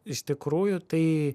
iš tikrųjų tai